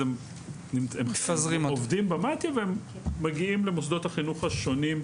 אז הם עובדים במתי"א והם מגיעים למוסדות החינוך השונים,